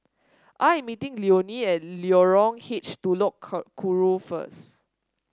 I'm meeting Leone at Lorong H Telok Kurau first